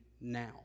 now